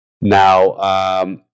Now